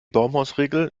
baumhausregel